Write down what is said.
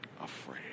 afraid